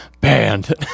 Banned